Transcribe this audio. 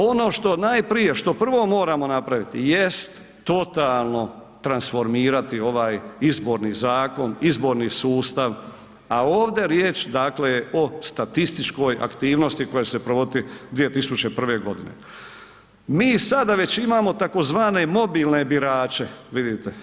Ono što najprije, što prvo moramo napraviti jest totalno transformirati ovaj Izborni zakon, izborni sustav, a ovdje riječ dakle o statističkoj aktivnosti, koja će se provoditi 2001. g. Mi i sada već imamo tzv. mobilne birače, vidite?